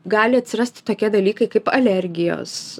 gali atsirasti tokie dalykai kaip alergijos